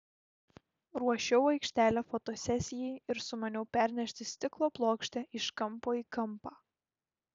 ruošiau aikštelę fotosesijai ir sumaniau pernešti stiklo plokštę iš kampo į kampą